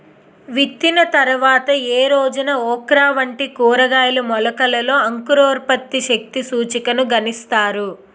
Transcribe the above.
విత్తిన తర్వాత ఏ రోజున ఓక్రా వంటి కూరగాయల మొలకలలో అంకురోత్పత్తి శక్తి సూచికను గణిస్తారు?